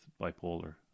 bipolar